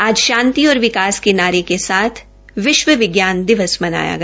आज शांति और विकास के नारे के साथ विश्व विज्ञान दिवस मनाया गया